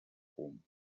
rom